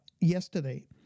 yesterday